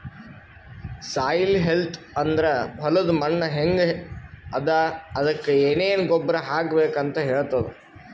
soil health ಅಂದ್ರ ಹೊಲದ್ ಮಣ್ಣ್ ಹೆಂಗ್ ಅದಾ ಅದಕ್ಕ್ ಏನೆನ್ ಗೊಬ್ಬರ್ ಹಾಕ್ಬೇಕ್ ಅಂತ್ ಹೇಳ್ತದ್